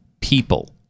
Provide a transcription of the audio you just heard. people